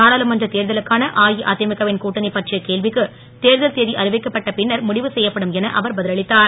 நாடாளுமன்ற தேர்தலுக்கான அஇஅதிமுக வின் கூட்டணி பற்றிய கேள்விக்கு தேர்தல் தேதி அறிவிக்கப்பட்ட பின்னர் முடிவு செய்யப்படும் என அவர் பதில் அளித்தார்